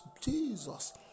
Jesus